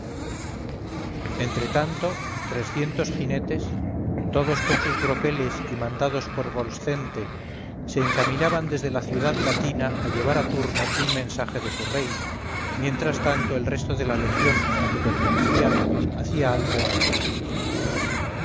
entre tanto trescientos jinetes todos con sus broqueles y mandados por volscente se encaminaban desde la ciudad latina a llevar a turno un mensaje de su rey mientras tanto el resto de la legión a que pertenecían hacía alto en el llano